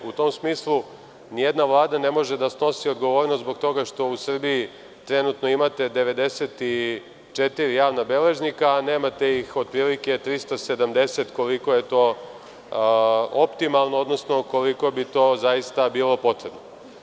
U tom smislu, ni jedna vlada ne može da snosi odgovornost zbog toga što u Srbiji trenutno imate 94 javna beležnika, a nemate ih otprilike 370 koliko je to optimalno, odnosno koliko bi to zaista bilo potrebno.